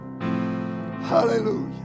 Hallelujah